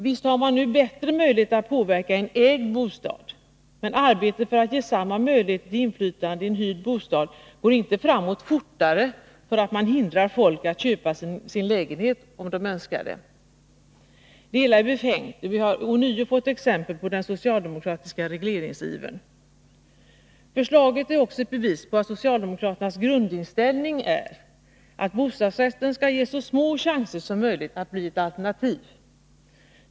Visst har man nu bättre möjlighet att påverka i en ägd bostad, men arbetet för att ge samma möjligheter till inflytande i en hyrd bostad går inte fortare framåt för att man hindrar folk att köpa sin lägenhet om de så önskar. Det hela är befängt, och vi har ånyo fått exempel på den socialdemokratiska regleringsivern. Förslaget är också ett bevis på att socialdemokraternas grundinställning är att bostadsrätten skall ges så små chanser som möjligt att bli ett alternativ.